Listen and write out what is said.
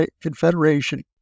confederation